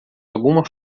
alguma